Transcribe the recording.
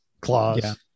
claws